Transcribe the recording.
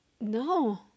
no